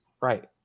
Right